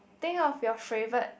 think of your favourite